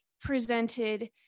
presented